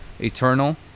Eternal